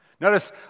Notice